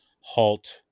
halt